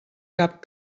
cap